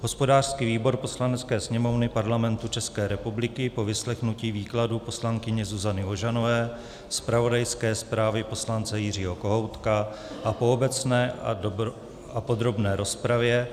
Hospodářský výbor Poslanecké sněmovny Parlamentu ČR po vyslechnutí výkladu poslankyně Zuzany Ožanové, zpravodajské zprávy poslance Jiřího Kohoutka a po obecné a podrobné rozpravě